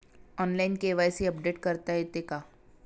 Online KYC update करता येते का?